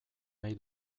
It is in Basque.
nahi